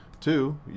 two